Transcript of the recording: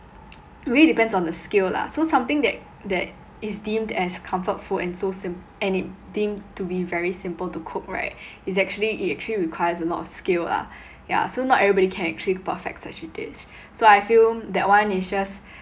really depends on the skill lah so something that that is deemed as comfort food and so sim~ and it deemed to be very simple to cook right is actually it actually requires a lot of skill ah yeah so not everybody can actually perfect such a dish so I feel that one is just